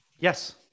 Yes